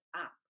up